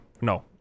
no